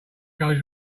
goes